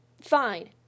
Fine